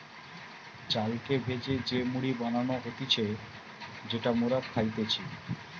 চালকে ভেজে যে মুড়ি বানানো হতিছে যেটা মোরা খাইতেছি